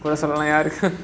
சொல்றவன் யாரு:solravan yaaru